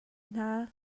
hna